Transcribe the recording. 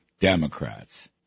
Democrats